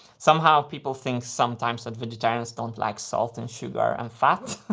somehow people think sometimes that vegetarians don't like salt and sugar and fat.